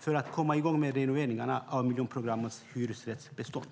för att komma i gång med renoveringarna av miljonprogrammets hyresrättsbestånd?